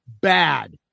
bad